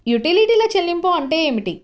యుటిలిటీల చెల్లింపు అంటే ఏమిటి?